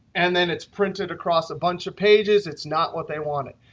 and then it's printed across a bunch of pages. it's not what they wanted.